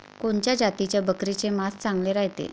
कोनच्या जातीच्या बकरीचे मांस चांगले रायते?